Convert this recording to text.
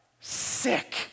sick